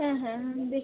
হ্যাঁ হ্যাঁ দেখি